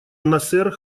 насер